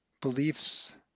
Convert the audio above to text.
Beliefs